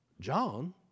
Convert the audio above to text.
John